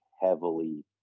heavily